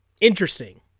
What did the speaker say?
interesting